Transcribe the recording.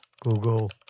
Google